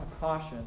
caution